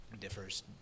differs